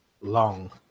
long